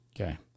Okay